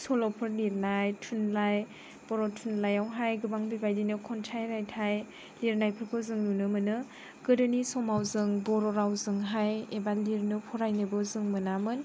सल'फोर लिरनाय थुनलाइ बर' थुनलाइयावहाय गोबां बेबायदिनो खन्थाइ रायथाय लिरनायफोरखौ जों नुनो मोनो गोदोनि समाव जों बर' रावजोंहाय लिरनो फरायनोबो जों मोनामोन